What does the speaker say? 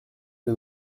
que